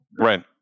right